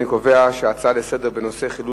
אני קובע שההצעות לסדר-היום בנושא חילול